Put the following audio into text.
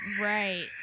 Right